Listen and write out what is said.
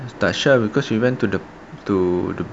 the show because we went to the to the